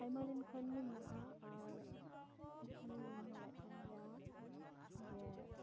ᱟᱭᱢᱟ ᱫᱤᱱ ᱠᱷᱚᱱ ᱜᱮ ᱢᱮᱱᱟᱜᱼᱟ ᱟᱨ ᱮᱠᱷᱚᱱᱳᱧ ᱩᱭᱦᱟᱹᱨᱮᱫ ᱠᱟᱱ ᱜᱮᱭᱟ ᱡᱮ